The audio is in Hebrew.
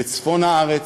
בצפון הארץ,